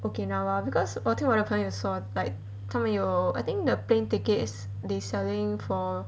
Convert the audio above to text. okinawa because 我听我朋友说 like 他们有 I think the plane tickets they selling for